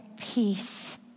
peace